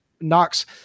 Knox